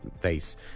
face